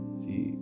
see